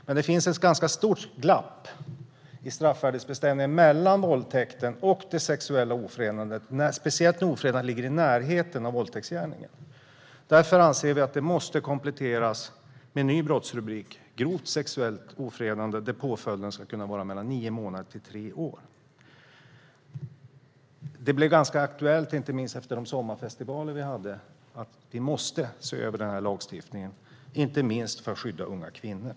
Det finns dock ett ganska stort glapp i straffvärdesbestämningen mellan våldtäkt och sexuellt ofredande, speciellt när ofredandet ligger i närheten av våldtäktsgärningen. Därför anser vi att en komplettering krävs med en ny brottsrubrik: grovt sexuellt ofredande. Påföljden ska kunna vara mellan nio månader och tre år. Detta blev aktuellt efter sommarfestivalerna förra året, och vi insåg att vi måste se över lagstiftningen, inte minst för att skydda unga kvinnor.